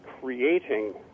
creating